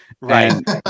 Right